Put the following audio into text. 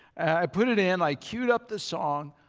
i put it in. i queued up the song,